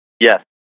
Yes